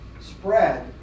spread